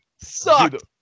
Sucked